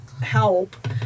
help